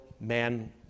man